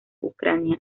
ucrania